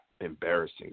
embarrassing